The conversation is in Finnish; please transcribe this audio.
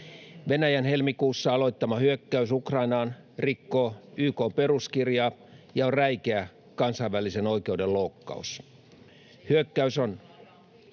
Venäjän helmikuussa aloittama hyökkäys Ukrainaan rikkoo YK:n peruskirjaa ja on räikeä kansainvälisen oikeuden loukkaus. Hyökkäys on